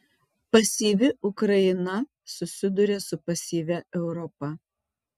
pasyvi ukraina susiduria su pasyvia europa